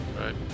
Right